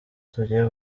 tugiye